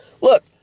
Look